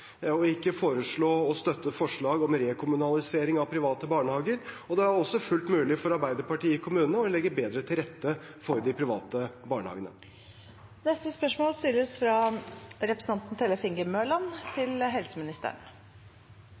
ikke foreslå å støtte forslag om rekommunalisering av private barnehager. Det er også fullt mulig for Arbeiderpartiet i kommunene å legge bedre til rette for de private barnehagene. «Regjeringen skriver i Granavolden-plattformen at den vil «videreutvikle tannhelsetjenesten, og gradvis utvide skjermingsordningene». Stønadene til